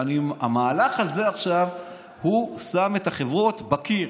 המהלך הזה עכשיו שם את החברות מול קיר: